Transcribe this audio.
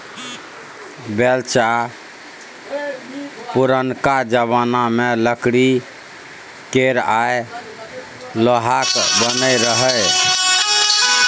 बेलचा पुरनका जमाना मे लकड़ी केर आ लोहाक बनय रहय